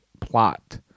Plot